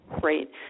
Great